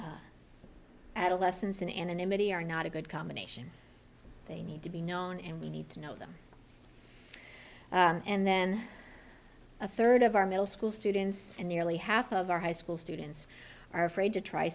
adolescence in anonymity are not a good combination they need to be known and we need to know them and then a third of our middle school students and nearly half of our high school students are afraid to try